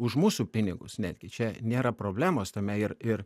už mūsų pinigus netgi čia nėra problemos tame ir ir